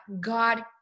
God